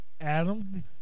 Adam